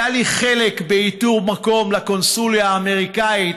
היה לי חלק באיתור מקום לקונסוליה האמריקנית,